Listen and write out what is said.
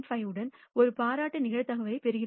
5 உடன் ஒரு காம்ப்ளிமென்ட் நிகழ்தகவைப் பெறுகிறோம்